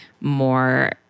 more